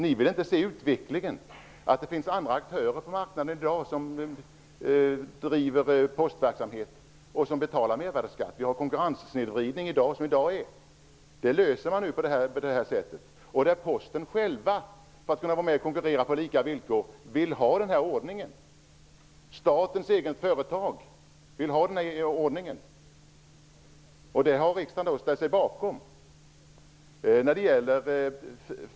Ni vill inte se en utveckling där det finns andra aktörer på marknaden som driver postverksamhet och som betalar mervärdesskattemedel. Det förekommer i dag en konkurrenssnedvridning, som skall åtgärdas på detta sätt. Posten, statens eget företag, vill själv för att kunna konkurrera på lika villkor ha denna ordning, och riksdagen ställer sig bakom den.